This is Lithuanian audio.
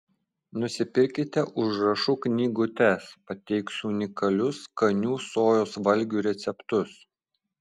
nusipirkite užrašų knygutes pateiksiu unikalius skanių sojos valgių receptus